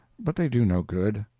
but they do no good.